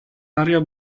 area